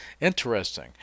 interesting